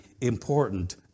important